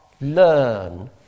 learn